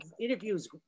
interviews